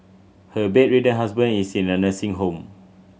her bedridden husband is in a nursing home